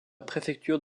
préfecture